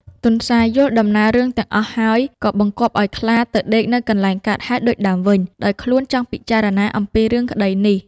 ទន្សាយយល់ដំណើររឿងទាំងអស់ហើយ ក៏បង្គាប់ឱ្យខ្លាទៅដេកនៅកន្លែងកើតហេតុដូចដើមវិញ ដោយខ្លួនចង់ពិចារណាអំពីរឿងក្តីនេះ។